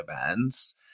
events